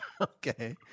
Okay